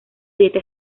dieta